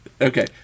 Okay